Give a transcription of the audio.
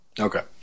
Okay